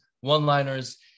one-liners